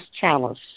chalice